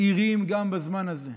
מאירים גם בזמן הזה,